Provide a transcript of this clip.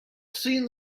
seen